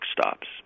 stops